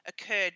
occurred